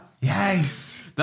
Yes